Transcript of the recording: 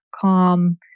calm